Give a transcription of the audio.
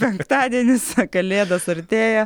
penktadienis kalėdos artėja